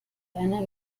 einer